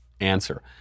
answer